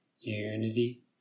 unity